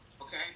Okay